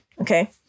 Okay